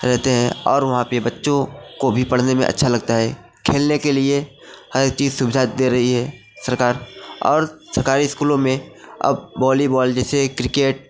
रहते हैं और वहाँ पर बच्चों को भी पढ़ने में अच्छा लगता है खेलने के लिए हर चीज़ सुविधा दे रही है सरकार और सरकारी इस्कूलों में अब वॉलीबॉल जैसे क्रिकेट